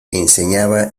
enseñaba